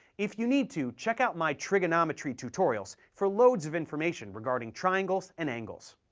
if you need to, check out my trigonometry tutorials for loads of information regarding triangles and angles.